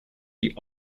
die